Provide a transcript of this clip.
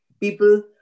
People